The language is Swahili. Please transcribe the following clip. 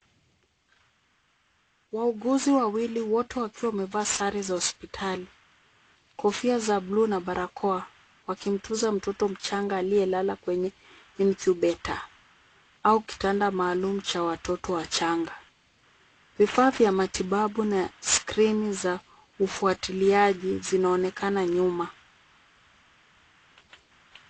Wauguzi wawili wote wakiwa wamevaa sare za hospitali, kofia za bluu na barakoa wakimtunza mtoto mchanga aliyelala kwenye incubator au kitanda maalum cha watoto wachanga. Vifaa vya matibabu na skrini za ufuatiliaji zinaonekana nyuma.